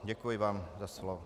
Děkuji vám za slovo.